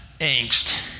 angst